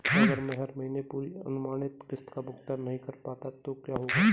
अगर मैं हर महीने पूरी अनुमानित किश्त का भुगतान नहीं कर पाता तो क्या होगा?